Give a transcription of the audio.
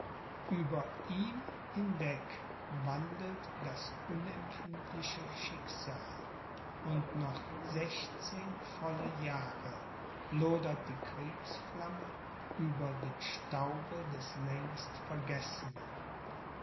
über ihm hinweg wandelt das unempfindliche schicksal und noch sechzehn volle jahre lodert die kriegsflamme über dem staube des längst vergessenen